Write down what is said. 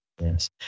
Yes